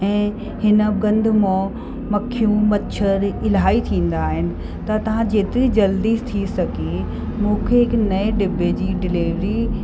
ऐं हिन गंद मों मक्खियूं मच्छर इलाही थींदा आहिनि त तव्हां जेतिरी जल्दी थी सघे मूंखे हिक नएं डिॿे जी डिलेवरी